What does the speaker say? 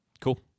Cool